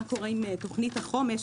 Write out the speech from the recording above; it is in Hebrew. מה קורה עם תוכנית החומש,